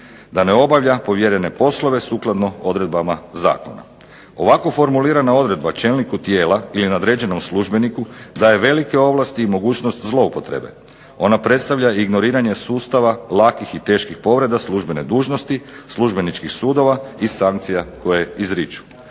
da ne obavlja povjerene poslove sukladno odredbama zakona. Ovako formulirana odredba čelniku tijela ili nadređenom službeniku daje velike ovlasti i mogućnost zloupotrebe. Ona predstavlja i ignoriranje sustava lakih i teških povreda službene dužnosti, službeničkih sudova i sankcija koje izriču.